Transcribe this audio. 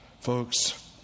Folks